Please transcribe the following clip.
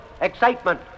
excitement